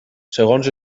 segons